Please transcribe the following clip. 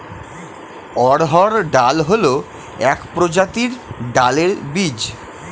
অড়হর ডাল হল এক প্রজাতির ডালের বীজ